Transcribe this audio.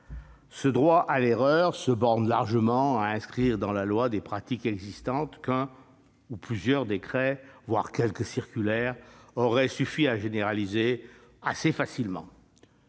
ce droit à l'erreur se borne à inscrire dans la loi des pratiques existantes qu'un ou plusieurs décrets, voire quelques circulaires auraient suffi à généraliser assez facilement.